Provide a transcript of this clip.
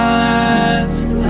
last